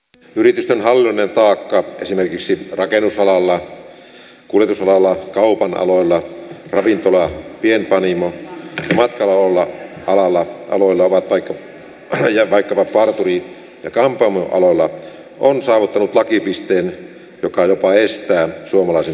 yritysten hallinnollinen taakka esimerkiksi rakennusalalla kuljetusalalla kaupan aloilla ravintola pienpanimo ja matkailualoilla ja vaikkapa parturi ja kampaamoaloilla on saavuttanut lakipisteen joka jopa estää suomalaisen työn kasvua